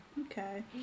Okay